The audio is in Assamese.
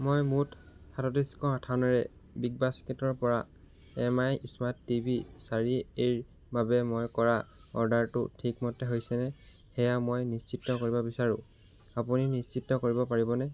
মই মুঠ সাতত্ৰিছশ আঠানেৰে বিগবাস্কেটৰ পৰা এমআই স্মাৰ্ট টিভি চাৰিএৰ বাবে মই কৰা অৰ্ডাৰটো ঠিকমতে হৈছেনে সেয়া মই নিশ্চিত কৰিব বিচাৰোঁ আপুনি নিশ্চিত কৰিব পাৰিবনে